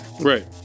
Right